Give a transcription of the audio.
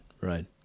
right